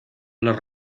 los